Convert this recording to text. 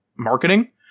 marketing